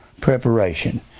preparation